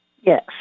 Yes